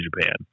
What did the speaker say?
Japan